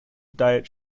diet